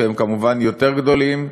שהם כמובן יותר גדולים,